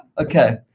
Okay